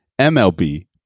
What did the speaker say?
MLB